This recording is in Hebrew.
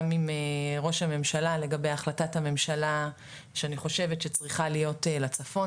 עם ראש הממשלה לגבי החלטת הממשלה שאני חושבת שצריכה להיות לצפון.